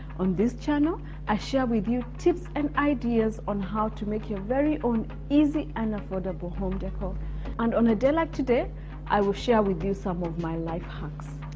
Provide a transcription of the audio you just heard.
on this channel i share with you tips and ideas on how to make your very own easy and affordable home decor. and on a day like today, i will share with you some of my life hacks.